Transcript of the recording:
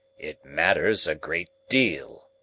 it matters a great deal,